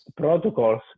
protocols